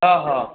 ହଁ ହଁ